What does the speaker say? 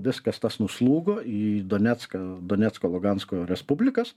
viskas tas nuslūgo į donecką donecko lugansko respublikas